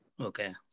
Okay